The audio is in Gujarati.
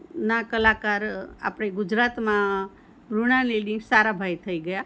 ના કલાકાર આપણે ગુજરાતમાં મૃણાલિની સારાભાઈ થઈ ગયાં